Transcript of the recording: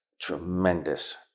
tremendous